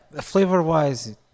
flavor-wise